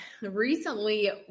recently